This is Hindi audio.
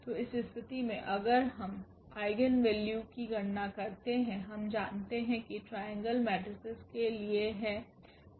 तो इस स्थिति में अगर हम आइगेन वैल्यू की गणना करते हैं हम जानते है की ट्रायांगल मेट्रीसेस के लिए हैं